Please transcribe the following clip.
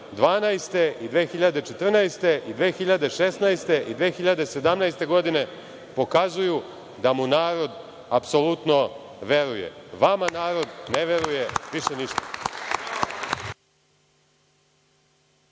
2012, i 2014, i 2016. i 2017. godine pokazuju da mu narod apsolutno veruje. Vama narod ne veruje više ništa.